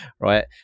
right